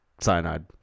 cyanide